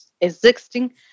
existing